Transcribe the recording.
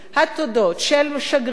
של שגרירות ישראל,